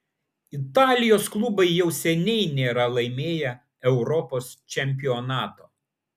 italijos klubai jau seniai nėra laimėję europos čempionato